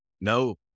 No